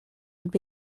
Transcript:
would